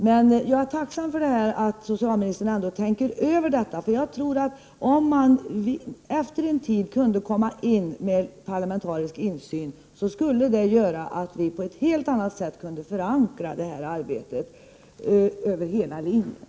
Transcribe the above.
Men jag är tacksam för att socialministern tänker över detta med en parlamentarisk referensgrupp. Om man efter en tid kunde komma in och få en parlamentarisk insyn, skulle det göra att vi på ett helt annat sätt kunde förankra det här arbetet över hela linjen.